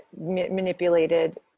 manipulated